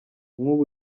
nk’ubu